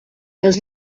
els